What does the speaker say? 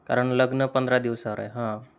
कारण लग्न पंधरा दिवसावर आहे हां